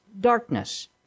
darkness